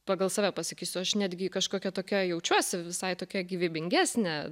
pagal save pasakysiu aš netgi kažkokia tokia jaučiuosi visai tokia gyvybingesnė